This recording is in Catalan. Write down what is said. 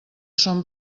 són